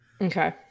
Okay